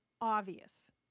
obvious